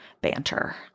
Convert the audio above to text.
banter